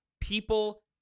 People